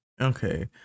Okay